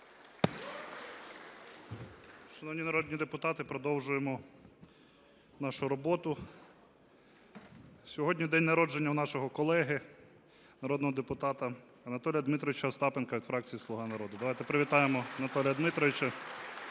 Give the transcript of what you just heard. Шановні народні депутати, продовжуємо нашу роботу. Сьогодні день народження у нашого колеги народного депутата Анатолія Дмитровича Остапенка від фракції "Слуга народу". Давайте привітаємо Анатолія Дмитровича,